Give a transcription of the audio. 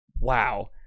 wow